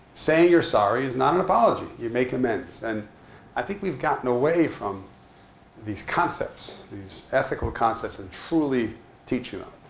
saying you're sorry is not an apology. you make amends. and i think we've gotten away from these concepts, these ethical concepts, and truly teaching them.